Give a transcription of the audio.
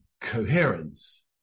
coherence